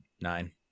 nine